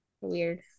weird